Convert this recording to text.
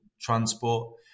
transport